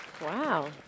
Wow